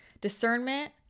discernment